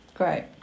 Great